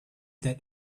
that